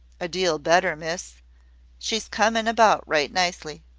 a deal better, miss she's coming about right nicely!